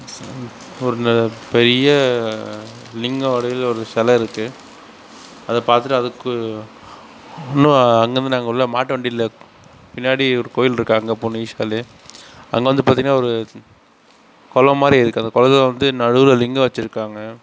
ஒரு பெரிய லிங்கம் வடிவில் ஒரு செலை இருக்குது அதை பார்த்துட்டு அதுக்கு இன்னும் அந்த மாதிரி நாங்கள் உள்ளே மாட்டு வண்டியில் பின்னாடி ஒரு கோயிலிருக்கு அங்கே போனிஷ்கல்லு அங்கே வந்து பார்த்தீங்கன்னா ஒரு குளம் மாதிரி இருக்குது அந்த குளத்துல வந்து நடுவில் லிங்கம் வெச்சிருக்காங்க